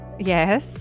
Yes